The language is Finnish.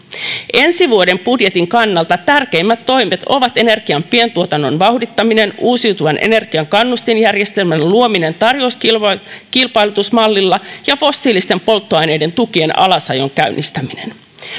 ensi vuoden budjetin kannalta tärkeimmät toimet ovat energian pientuotannon vauhdittaminen uusiutuvan energian kannustinjärjestelmän luominen tarjouskilpailutusmallilla ja fossiilisten polttoaineiden tukien alasajon käynnistäminen